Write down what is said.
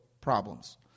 problems